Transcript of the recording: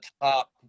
top